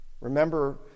Remember